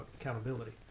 accountability